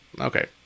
Okay